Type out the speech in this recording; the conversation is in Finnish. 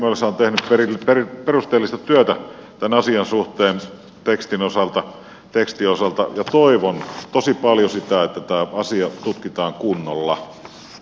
mölsä on tehnyt perusteellista työtä tämän asian suhteen tekstin osalta ja toivon tosi paljon sitä että tämä asia tutkitaan kunnolla